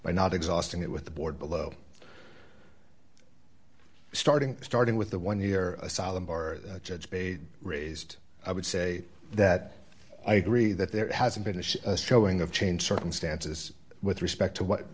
by not exhausting it with the board below starting starting with the one year asylum or judge a raised i would say that i agree that there hasn't been a showing of change circumstances with respect to what